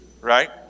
right